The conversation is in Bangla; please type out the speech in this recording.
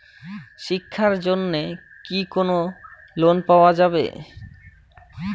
শিক্ষার জন্যে কি কোনো লোন পাওয়া যাবে?